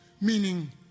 meaning